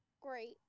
Great